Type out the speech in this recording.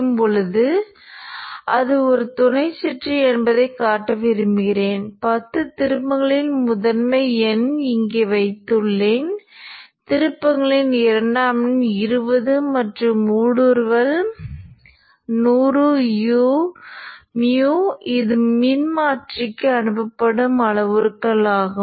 இப்போது இந்த Q க்கான மதிப்பீட்டைப் பார்த்தால் மின்னழுத்த மதிப்பீடு நிற்கும் திறன் கொண்ட அணைந்த நிலை மின்னழுத்தம் இந்த அளவை விட அதிகமாக இருக்க வேண்டும்